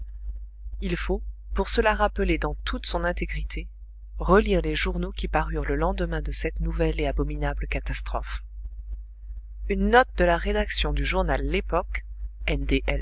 il faut pour se la rappeler dans toute son intégrité relire les journaux qui parurent le lendemain de cette nouvelle et abominable catastrophe une note de la rédaction du journal l'époque